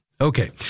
Okay